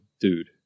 dude